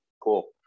Cool